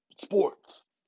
sports